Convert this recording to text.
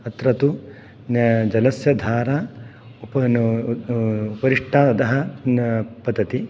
अत्र तु जलस्य धारा उपनो उपरिष्टात् अधः पतति